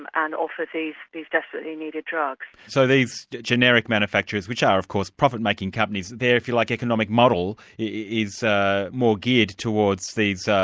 and and also these these desperately needed drugs. so these generic manufacturers, which are of course profit-making companies, their, if you like, economic model is more geared towards these,